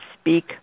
speak